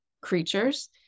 creatures